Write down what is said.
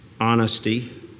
honesty